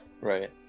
Right